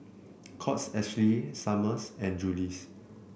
Courts Ashley Summers and Julie's